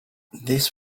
this